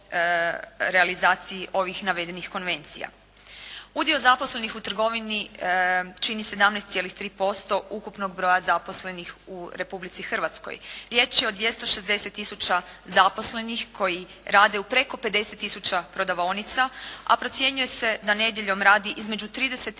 o realizaciji ovih navedenih konvencija. Udio zaposlenih u trgovini čini 17.3% ukupnog broja zaposlenih u Republici Hrvatskoj. Riječ je o 260 tisuća zaposlenih koji rade u preko 50 tisuća prodavaonica, a procjenjuje se da nedjeljom radi između 30